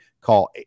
call